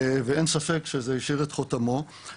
ואין ספק שזה השאיר את חותמו.